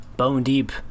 bone-deep